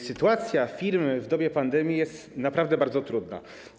Sytuacja firm w dobie pandemii jest naprawdę bardzo trudna.